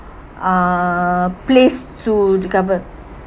uh place to recover